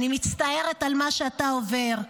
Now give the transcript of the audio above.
אני מצטערת על מה שאתה עובר.